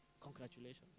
congratulations